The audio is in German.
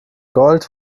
gold